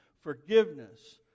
forgiveness